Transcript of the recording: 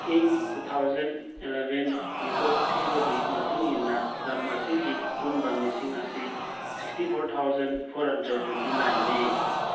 ꯏꯪ two thousand eleven ꯃꯤꯀꯣꯛ ꯊꯤꯕꯒꯤ ꯃꯇꯨꯡ ꯏꯟꯅ ꯂꯝ ꯑꯁꯤꯒꯤ ꯑꯄꯨꯟꯕ ꯃꯤꯁꯤꯡ ꯑꯁꯤ sixty four thousand four hundred twenty ꯅꯥꯏꯟꯅꯤ